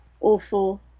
awful